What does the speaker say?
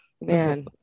man